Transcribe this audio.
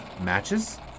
Matches